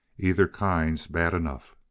either kind's bad enough.